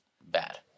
bad